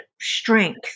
strength